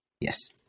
Yes